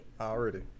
already